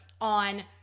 on